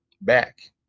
back